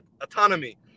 autonomy